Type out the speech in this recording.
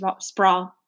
sprawl